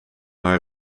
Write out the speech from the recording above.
haar